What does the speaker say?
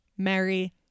Mary